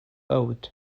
oath